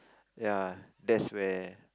ya that's where